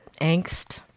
angst